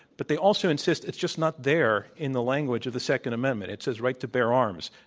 but they also insist it's just not there in the language of the second amendment. it says right to bear arms,